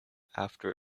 after